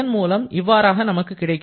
இதன்மூலம் இவ்வாறாக நமக்கு கிடைக்கிறது